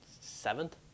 seventh